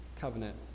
Covenant